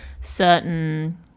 certain